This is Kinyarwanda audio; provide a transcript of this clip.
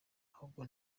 ahubwo